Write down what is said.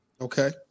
Okay